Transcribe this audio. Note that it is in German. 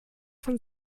von